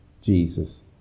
Jesus